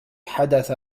حدث